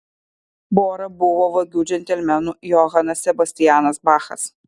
bora buvo vagių džentelmenų johanas sebastianas bachas